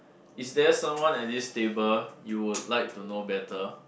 is there someone at this table you would like to know better